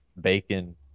bacon